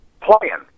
playing